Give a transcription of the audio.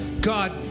God